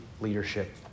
leadership